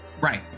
Right